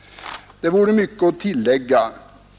Det vore mycket att tillägga.